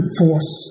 force